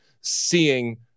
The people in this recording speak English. seeing